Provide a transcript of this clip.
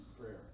prayer